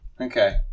Okay